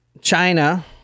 China